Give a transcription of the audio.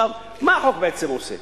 מה החוק בעצם עושה?